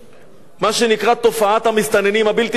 מה שנקרא תופעת המסתננים הבלתי-חוקיים,